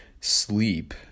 sleep